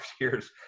years